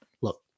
look